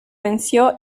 venció